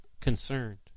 concerned